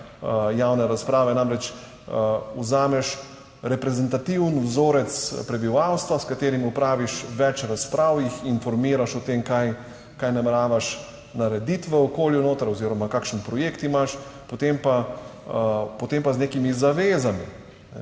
javne razprave. Namreč, vzameš reprezentativen vzorec prebivalstva, s katerim opraviš več razprav, jih informiraš o tem, kaj kaj nameravaš narediti v okolju noter oziroma kakšen projekt imaš, potem pa z nekimi zavezami,